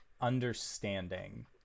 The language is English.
understanding